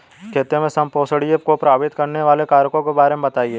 खेती में संपोषणीयता को प्रभावित करने वाले कारकों के बारे में बताइये